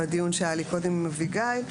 בדיון שהיה לי קודם עם אביגיל,